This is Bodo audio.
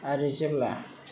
आरो जेब्ला